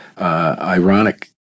Ironic